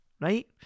right